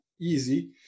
easy